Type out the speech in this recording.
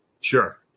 Sure